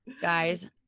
Guys